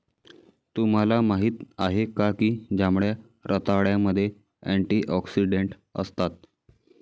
तुम्हाला माहित आहे का की जांभळ्या रताळ्यामध्ये अँटिऑक्सिडेंट असतात?